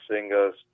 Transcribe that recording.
singers